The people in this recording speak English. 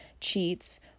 cheats